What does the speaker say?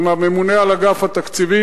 עם הממונה על אגף התקציבים.